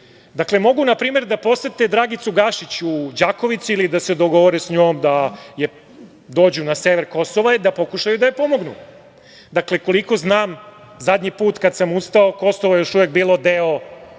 primer, mogu da posete Dragicu Gašić u Đakovici ili da se dogovore sa njom da dođu na sever Kosova i da pokušaju da joj pomognu. Koliko znam, zadnji put kad sam ustao Kosovo je još uvek bilo deo